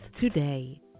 today